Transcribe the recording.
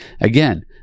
again